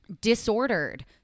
disordered